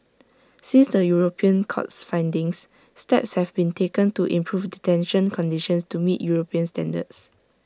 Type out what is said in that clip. since the european court's findings steps have been taken to improve detention conditions to meet european standards